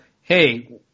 hey